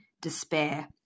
despair